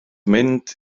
mynd